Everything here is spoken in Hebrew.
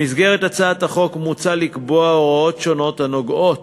במסגרת הצעת החוק מוצע לקבוע הוראות שונות הנוגעות